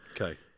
Okay